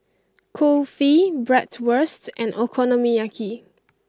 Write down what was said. Kulfi Bratwurst and Okonomiyaki